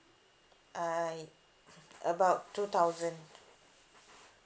I about two thousand